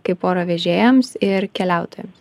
kaip oro vežėjams ir keliautojams